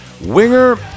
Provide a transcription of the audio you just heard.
Winger